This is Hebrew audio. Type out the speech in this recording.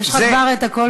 יש לך כבר הקול שלי בתמיכה.